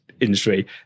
industry